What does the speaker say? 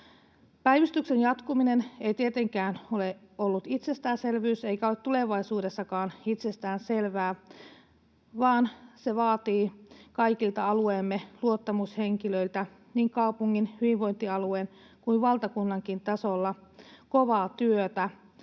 Päivystyksen jatkuminen ei tietenkään ole ollut itsestäänselvyys eikä ole tulevaisuudessakaan itsestäänselvää, vaan se vaatii kaikilta alueemme luottamushenkilöiltä niin kaupungin, hyvinvointialueen kuin valtakunnankin tasolla kovaa työtä